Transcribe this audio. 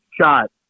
shot